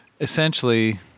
essentially